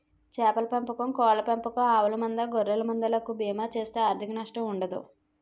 చేపల పెంపకం కోళ్ళ పెంపకం ఆవుల మంద గొర్రెల మంద లకు బీమా చేస్తే ఆర్ధిక నష్టం ఉండదు